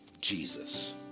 Jesus